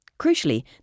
Crucially